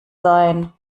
sein